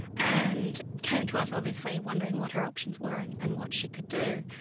and came to us obviously, wondering what her options were and what she could do.